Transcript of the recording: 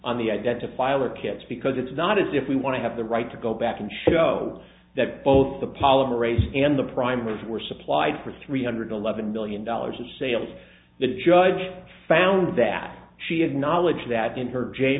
on the identify our kids because it's not as if we want to have the right to go back and show that both the polymerase and the primers were supplied for three hundred eleven million dollars of sales the judge found that she had knowledge that in her j